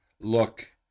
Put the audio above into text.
look